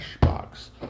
box